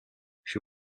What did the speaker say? she